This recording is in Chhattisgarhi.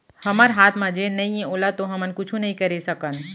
हमर हाथ म जेन नइये ओला तो हमन कुछु नइ करे सकन